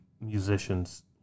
musicians